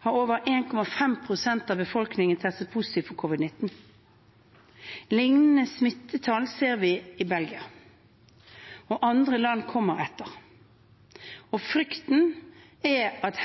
har over 1,5 pst. av befolkningen testet positivt for covid-19. Lignende smittetall ser vi i Belgia. Andre land kommer etter. Frykten er et